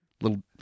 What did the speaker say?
little